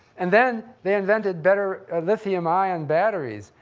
and then, they invented better lithium-ion batteries,